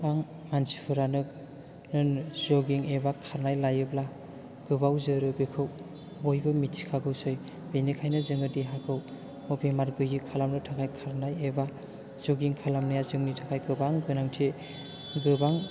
गोबां मानसिफोरानो जगिं एबा खारनाय लायोबा गोबाव जोरो बेखौ बयबो मिथिखागौ बेनिखायनो जों देहाखौ बेमार गैयि खालामनो थाखाय खारनाय एबा जगिं खालामनाया जोंनि थाखाय गोबां गोनांथि गोबां